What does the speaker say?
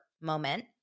moment